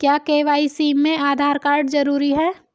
क्या के.वाई.सी में आधार कार्ड जरूरी है?